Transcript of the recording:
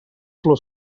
flor